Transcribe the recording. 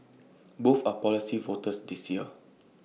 both are policy voters this year